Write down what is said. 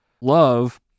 love